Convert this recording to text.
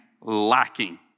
lacking